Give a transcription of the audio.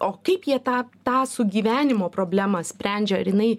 o kaip jie tą tą sugyvenimo problemą sprendžia ar jinai